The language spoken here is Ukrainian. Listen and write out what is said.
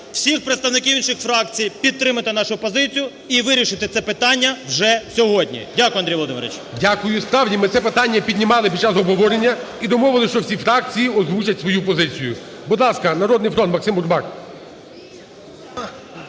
всіх представників інших фракцій підтримати нашу позицію і вирішити це питання вже сьогодні. Дякую, Андрій Володимирович. ГОЛОВУЮЧИЙ. Дякую. Справді, ми це питання піднімали під час обговорення і домовились, що всі фракції озвучать свою позицію. Будь ласка, "Народний фронт", Максим Бурбак.